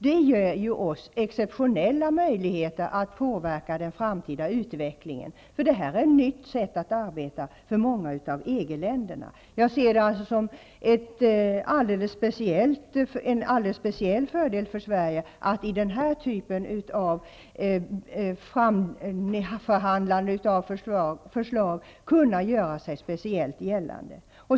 Det här ger oss exceptionella möjligheter att påverka den framtida utvecklingen. Det här är ett nytt sätt att arbeta för många av EG-länderna. Jag ser det som en alldeles speciell fördel för Sverige att i den här typen av framförhandlande av förslag kunna göra sig gällande.